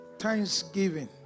Thanksgiving